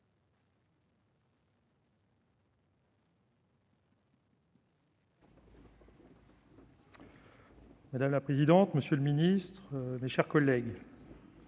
Madame la présidente, monsieur le ministre, mes chers collègues,